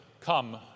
come